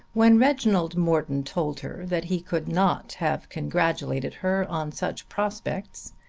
when reginald morton told her that he could not have congratulated her on such prospects,